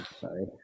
sorry